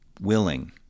willing